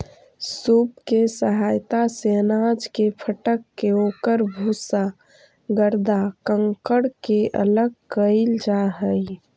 सूप के सहायता से अनाज के फटक के ओकर भूसा, गर्दा, कंकड़ के अलग कईल जा हई